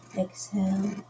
exhale